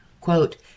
Quote